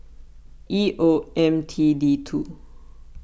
E O M T D two